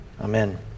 Amen